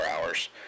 hours